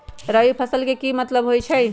रबी फसल के की मतलब होई छई?